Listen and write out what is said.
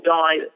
die